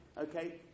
Okay